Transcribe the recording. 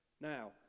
Now